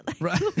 Right